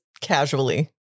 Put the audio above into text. casually